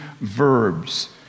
verbs